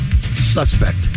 Suspect